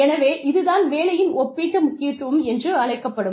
எனவே இது தான் வேலையின் ஒப்பீட்டு முக்கியத்துவம் என்று அழைக்கப்படும்